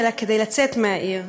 אלא כדי לצאת מהעיר.